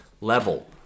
level